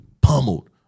pummeled